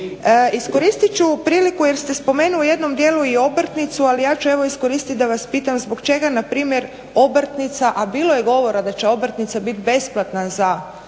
Iskoristit ću priliku jer ste spomenuli u jednom dijelu i obrtnicu, ali ja ću evo iskoristiti da vas pitam zbog čega na primjer obrtnica a bilo je govora da će obrtnica bit besplatna za obrtnike